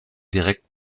direkt